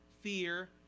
fear